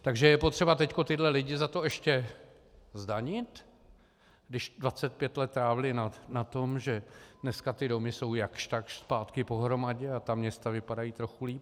Takže je potřeba teď tyto lidi za to ještě zdanit, když 25 let trávili na tom, že dneska jsou ty domy jakž takž zpátky pohromadě a ta města vypadají trochu líp.